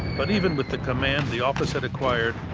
but even with the command the office had acquired,